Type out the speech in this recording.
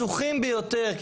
החשוכים ביותר,